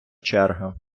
черга